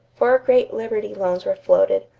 four great liberty loans were floated,